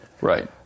right